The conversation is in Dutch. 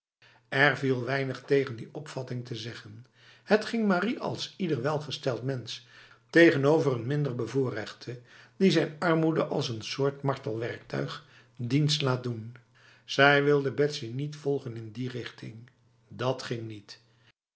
er viel weinig tegen die opvatting te zeggen het ging marie als ieder welgesteld mens tegenover een minder bevoorrechte die zijn armoe als een soort martelwerktuig dienst laat doen zij wilde betsy niet volgen in die richting dat ging niet